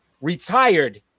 retired